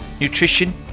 nutrition